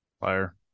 Fire